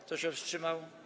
Kto się wstrzymał?